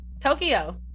Tokyo